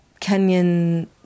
Kenyan